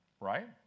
Right